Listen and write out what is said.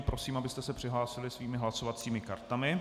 Prosím, abyste se přihlásili všichni svými hlasovacími kartami.